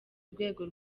urwego